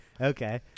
Okay